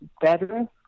better